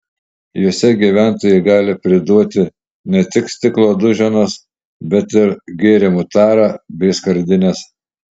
juose gyventojai gali priduoti ne tik stiklo duženas bet ir gėrimų tarą bei skardines